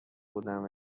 بودم